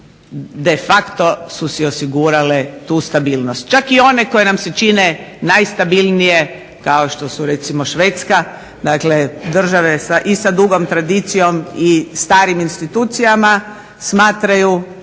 de facto su si osigurale tu stabilnost, čak i one koje nam se čine najstabilnije kao što su recimo Švedska, dakle države i sa dugom tradicijom i starim institucijama smatraju